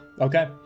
Okay